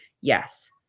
yes